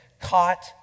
caught